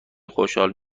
خوشحال